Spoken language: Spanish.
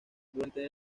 durante